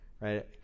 Right